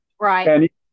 Right